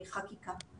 חקיקה.